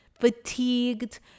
fatigued